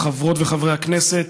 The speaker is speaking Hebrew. חברות וחברי הכנסת,